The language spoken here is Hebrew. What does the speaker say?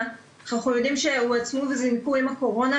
אך אנחנו יודעים שהועצמו וזינקו עם הקורונה,